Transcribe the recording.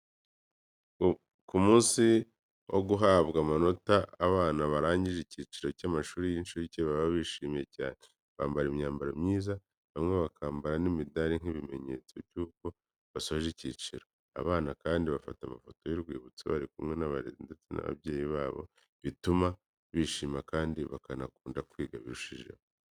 Ku munsi wo guhabwa amanota, abana barangije icyiciro cy'amashuri y'incuke baba bishimye cyane. Bambara imyambaro myiza, bamwe bakambara n'imidari nk'ikimenyetso cy'uko basoje icyo cyiciro. Abana kandi bafata amafoto y'urwibutso barikumwe n'abarezi ndetse n'ababyeyi babo, bituma bishima kandi bakanakunda kwiga birushijeho.